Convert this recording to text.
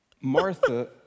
Martha